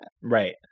Right